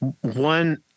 one